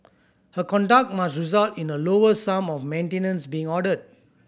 her conduct must result in a lower sum of maintenance being ordered